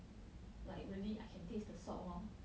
like really I can taste the salt lor